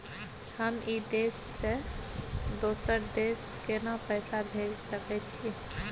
हम ई देश से दोसर देश केना पैसा भेज सके छिए?